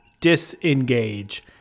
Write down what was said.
Disengage